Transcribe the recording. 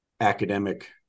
academic